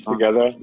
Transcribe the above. together